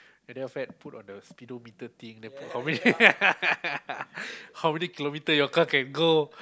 and then your friend put on the speedometer thing then put how many how many kilometre your car can go